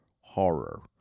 horror